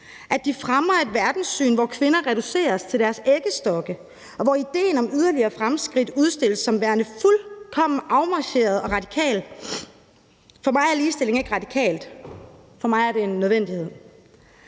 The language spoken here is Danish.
at de fremmer et verdenssyn, hvor kvinder reduceres til deres æggestokke, og hvor idéen om yderligere fremskridt udstilles som værende fuldkommen afmarcheret og radikalt. For mig er ligestilling ikke radikalt. For mig er det en nødvendighed.